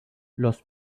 los